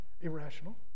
irrational